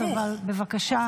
אבל בבקשה,